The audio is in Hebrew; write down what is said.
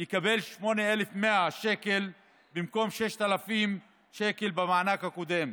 יקבל 8,100 שקלים במקום 6,000 שקלים במענק הקודם,